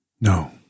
No